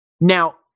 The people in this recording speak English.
Now